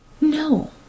No